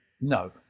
No